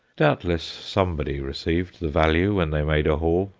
doubtless somebody received the value when they made a haul,